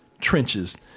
trenches